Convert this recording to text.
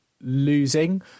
losing